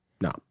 No